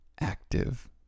active